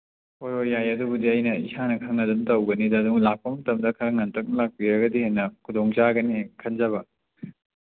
ꯍꯣꯏ ꯍꯣꯏ ꯌꯥꯏ ꯑꯗꯨꯕꯨꯗꯤ ꯑꯩꯅ ꯏꯁꯥꯅ ꯈꯪꯅ ꯑꯗꯨꯝ ꯇꯧꯒꯅꯤꯗ ꯑꯗꯨꯒ ꯂꯥꯛꯄ ꯃꯇꯝꯗ ꯈꯔ ꯉꯟꯇꯛꯅ ꯂꯥꯛꯄꯤꯔꯒꯗꯤ ꯍꯦꯟꯅ ꯈꯨꯗꯣꯡꯆꯥꯒꯅꯤ ꯈꯟꯖꯕ